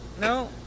No